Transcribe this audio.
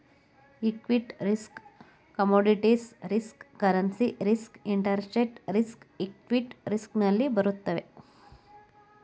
equity risk commodities risk currency risk interest risk equity risk ನಲ್ಲಿ ಬರುತ್ತವೆ